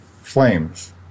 flames